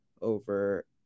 over